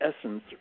essence